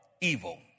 evil